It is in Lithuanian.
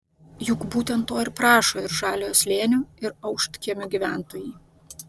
juk būtent to ir prašo ir žaliojo slėnio ir aukštkiemių gyventojai